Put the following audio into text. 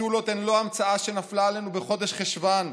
הקפסולות הן לא המצאה שנפלה עלינו בחודש חשוון,